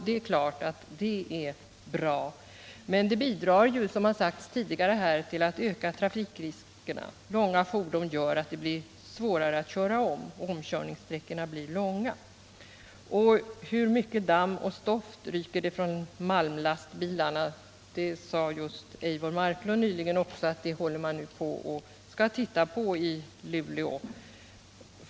Detta är naturligtvis bra, men det bidrar — som sagts tidigare här — till att öka trafikriskerna: långa fordon gör att det blir svårt att köra om, omkörningssträckorna blir långa. Hur mycket damm och stoft ryker det inte från malmlastbilarna? Som Eivor Marklund sade nyss håller man på att undersöka den saken i Luleå.